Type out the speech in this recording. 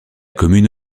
commune